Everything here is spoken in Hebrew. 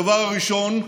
הדבר הראשון,